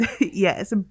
yes